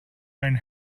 and